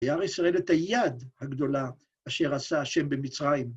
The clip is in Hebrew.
וירא ישראל את היד הגדולה אשר עשה השם במצרים.